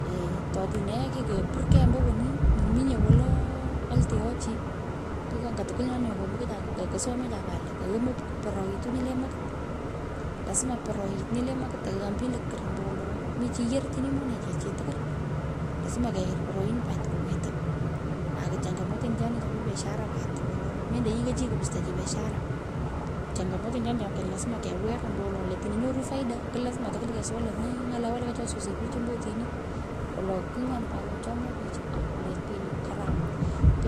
Eeoh. totono ye kikepur kei her ombo woni. mominge wolo elteoi chi kigh onga nyoni, tukwul nyo kamekecha kosomecha pat lo kayomoi pororiot nyu le makit. Lazima pororiot nyu le makit to yam pich lokor. Ombowolo mi chi yorchini monechi chi tukwul. Lazima kayar poroin pat kuwetu. aku changumoten choni chopo biashara pat wolo mendo yoghoi chi kupusto chi biashara. Changamoto choni cho lasma kewer. ombowolo le otino nyoru faida ku lasma tukwol kesuwa le nee nyale waloka cho susoi pich ombo otini wolo kigh nyoni pat nye chomyogh pich ako let pich nyo karam.